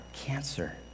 cancer